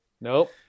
Nope